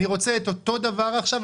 אני רוצה את אותו דבר עכשיו,